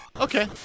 Okay